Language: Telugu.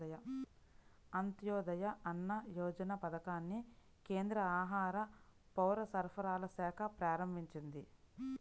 అంత్యోదయ అన్న యోజన పథకాన్ని కేంద్ర ఆహార, పౌరసరఫరాల శాఖ ప్రారంభించింది